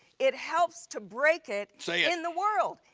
it helps to break it say in the world.